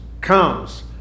comes